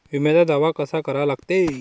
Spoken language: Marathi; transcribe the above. बिम्याचा दावा कसा करा लागते?